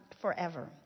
forever